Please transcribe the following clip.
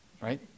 Right